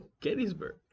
Gettysburg